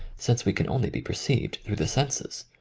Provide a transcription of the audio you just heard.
since we can only be perceived through the senses,